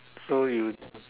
so you